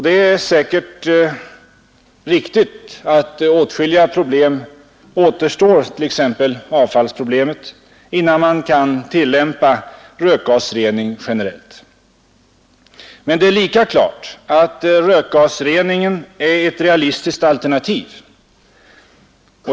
Det är säkert riktigt att åtskilliga problem återstår — t.ex. avfallsproblemet — innan man kan tillämpa rökgasrening generellt, men det är lika klart att rökgasreningen är ett realistiskt alternativ.